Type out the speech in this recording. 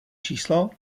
číslo